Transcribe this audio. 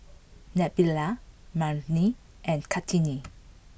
Nabila Murni and Kartini